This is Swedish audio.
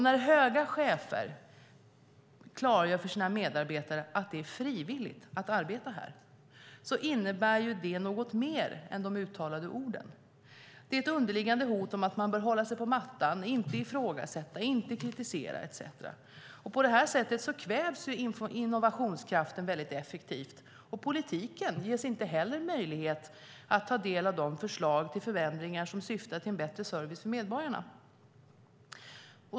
När höga chefer klargör för medarbetarna att det är frivilligt att arbeta här innebär det något mer än de uttalade orden. Det är ett underliggande hot om att man bör hålla sig på mattan, inte ifrågasätta, inte kritisera etcetera. På det sättet kvävs innovationskraften effektivt, och politiken ges inte heller möjlighet att ta del av de förslag till förändring som syftar till en bättre service till medborgarna.